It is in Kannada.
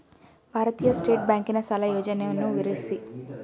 ಭಾರತೀಯ ಸ್ಟೇಟ್ ಬ್ಯಾಂಕಿನ ಸಾಲ ಯೋಜನೆಯನ್ನು ವಿವರಿಸಿ?